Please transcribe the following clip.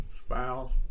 spouse